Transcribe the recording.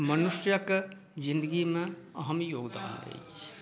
मनुष्यक जिन्दगी मे अहम योगदान अछि